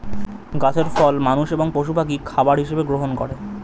গাছের ফল মানুষ এবং পশু পাখি খাবার হিসাবে গ্রহণ করে